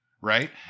Right